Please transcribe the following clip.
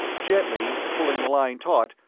gently, pulling the line taut,